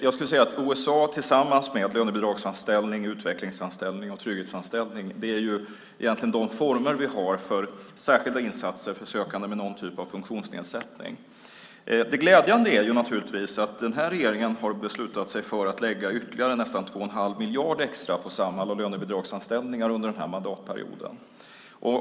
Jag skulle vilja säga att OSA tillsammans med lönebidragsanställning, utvecklingsanställning och trygghetsanställning egentligen är de former vi har för särskilda insatser för sökande med någon typ av funktionsnedsättning. Det glädjande är att regeringen har beslutat sig för att lägga ytterligare nästan 2 1⁄2 miljard extra på Samhall och lönebidragsanställningar under mandatperioden.